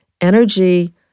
Energy